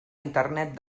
internet